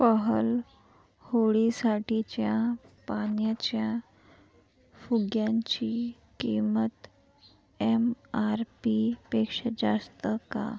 पहल होळीसाठीच्या पाण्याच्या फुग्यांची किंमत एम आर पी पेक्षा जास्त का